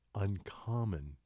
uncommon